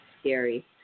scary